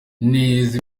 neza